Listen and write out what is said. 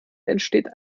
entsteht